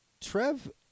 Trev